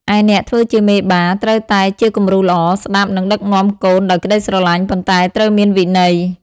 ឯអ្នកធ្វើជាមេបា ត្រូវតែជាគំរូល្អ ស្តាប់ និងដឹកនាំកូនដោយក្ដីស្រឡាញ់ ប៉ុន្តែត្រូវមានវិន័យ។